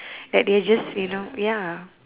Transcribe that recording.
that they just you know ya